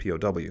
POW